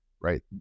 right